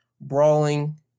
brawling